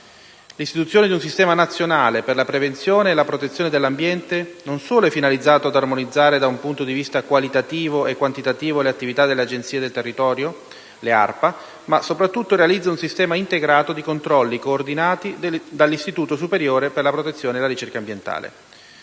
L'istituzione di un Sistema nazionale per la prevenzione e la protezione dell'ambiente non solo è finalizzato ad armonizzare, da un punto di vista qualitativo e quantitativo, le attività delle Agenzie sul territorio, le ARPA, ma soprattutto realizza un sistema integrato di controlli coordinati dall'Istituto superiore per la protezione e la ricerca ambientale.